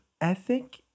ethic